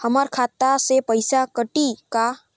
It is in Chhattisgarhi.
हमर खाता से पइसा कठी का?